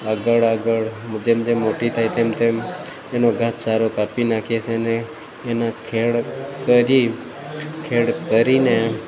આગળ આગળ જેમ જેમ મોટી થાય તેમ તેમ એનો ઘાસ ચારો કાપી નાખીએ છીએ અને એની ખેડ કરી ખેડ કરીને